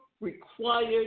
required